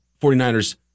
49ers